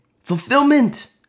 Fulfillment